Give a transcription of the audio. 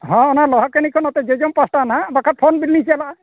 ᱦᱚᱸ ᱚᱱᱟ ᱞᱚᱦᱟᱠᱟᱹᱱᱤ ᱠᱷᱚᱱ ᱱᱚᱛᱮ ᱡᱚᱡᱚᱢ ᱯᱟᱥᱴᱟ ᱱᱟᱦᱟᱜ ᱵᱟᱠᱷᱟᱱ ᱯᱷᱳᱱ ᱵᱮᱱ ᱞᱤᱧ ᱪᱟᱞᱟᱜᱼᱟ